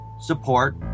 support